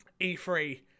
e3